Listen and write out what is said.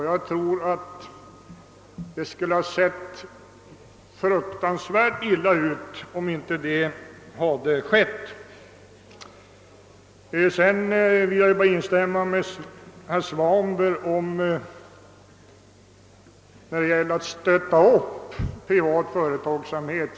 Jag tror att situationen skulle ha varit fruktansvärt besvärlig i dag om inte så hade skett. Jag vill sedan instämma i vad herr Svanberg sade om att stötta upp privat företagsamhet.